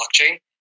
blockchain